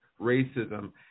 racism